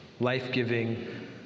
life-giving